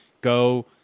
go